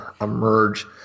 emerge